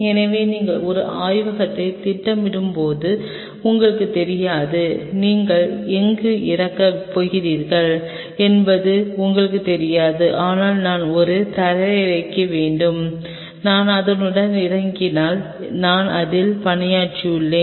எனவே நீங்கள் ஒரு ஆய்வகத்தைத் திட்டமிடும்போது உங்களுக்குத் தெரியாது நீங்கள் எங்கு இறங்கப் போகிறீர்கள் என்பது உங்களுக்குத் தெரியாது ஆனால் நான் ஒரு தரையிறங்க வேண்டும் நான் அதனுடன் இறங்கினால் நான் அதில் பணியாற்றுவேன்